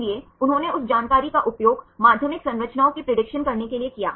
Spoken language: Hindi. इसलिए उन्होंने उस जानकारी का उपयोग माध्यमिक संरचनाओं की प्रेडिक्शन करने के लिए किया